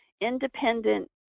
Independent